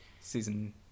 Season